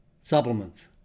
supplements